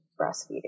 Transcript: breastfeeding